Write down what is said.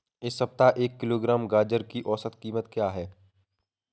इस सप्ताह एक किलोग्राम गाजर की औसत कीमत क्या है?